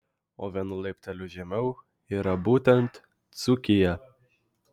o vienu laipteliu žemiau yra būtent dzūkija